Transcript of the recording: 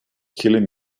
killing